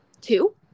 two